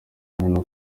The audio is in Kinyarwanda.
hano